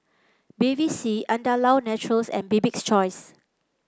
Bevy C Andalou Naturals and Bibik's Choice